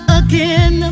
again